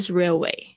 railway 。